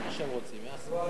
מה שהם רוצים, יעשו.